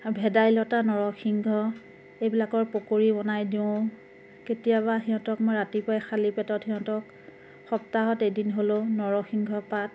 আৰু ভেদাইলতা নৰসিংহ এইবিলাকৰ পকৰি বনাই দিওঁ কেতিয়াবা সিহঁতক মই ৰাতিপুৱাই খালী পেটত সিহঁতক সপ্তাহত এদিন হ'লেও নৰসিংহ পাত